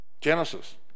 Genesis